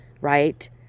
Right